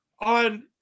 on